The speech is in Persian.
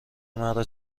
مرا